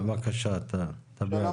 כמו שאתם תאשרו את החריגה,